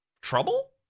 Trouble